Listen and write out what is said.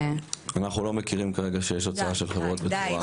אנחנו לא מכירים כרגע שיש הוצאה של חברות בצורה -- די,